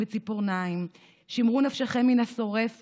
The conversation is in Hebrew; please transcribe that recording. מציפורניים / שמרו נפשכם מן השורף,